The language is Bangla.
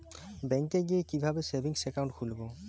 ব্যাঙ্কে গিয়ে কিভাবে সেভিংস একাউন্ট খুলব?